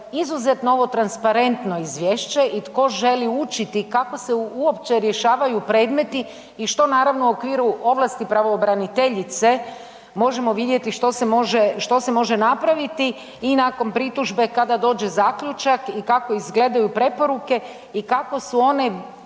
izuzetno ovo transparentno izvješće i tko želi učiti kako se uopće rješavaju predmeti i što naravno u okviru ovlasti pravobraniteljice možemo vidjeti što se može, što se može napraviti i nakon pritužbe kada dođe zaključak i kako izgledaju preporuke i kako su one